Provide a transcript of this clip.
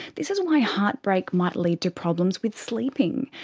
this is why heartbreak might lead to problems with sleeping,